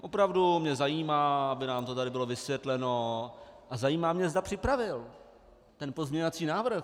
Opravdu mě zajímá, aby nám to tady bylo vysvětleno, a zajímá mě, zda připravil ten pozměňovací návrh.